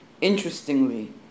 Interestingly